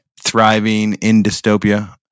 Thrivingindystopia